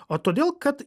o todėl kad